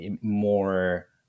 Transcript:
more